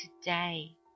today